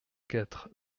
quatre